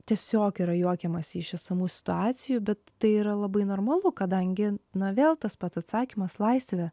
tiesiog yra juokiamasi iš esamų situacijų bet tai yra labai normalu kadangi na vėl tas pat atsakymas laisvė